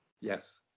yes